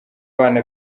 bana